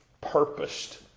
purposed